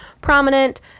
prominent